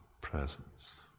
presence